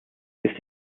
ist